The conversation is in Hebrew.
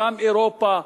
גם אירופה,